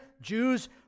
Jews